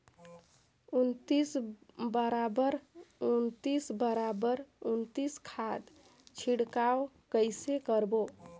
उन्नीस बराबर उन्नीस बराबर उन्नीस खाद छिड़काव कइसे करबो?